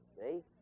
See